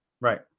Right